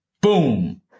boom